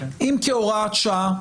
אם כהוראת שעה.